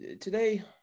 today